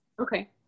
Okay